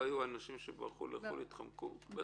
לא היו אנשים שברחו לחו"ל והתחמקו?